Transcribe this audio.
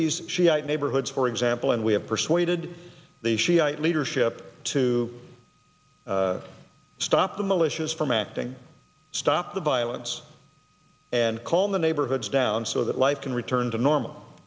these shiite neighborhoods for example and we have persuaded the shiite leadership to stop the militias from acting stop the violence and call the neighborhoods down so that life can return to normal